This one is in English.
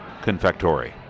Confectory